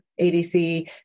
ADC